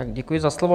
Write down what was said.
Děkuji za slovo.